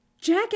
Jack